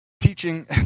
teaching